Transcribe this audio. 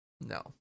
No